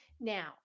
Now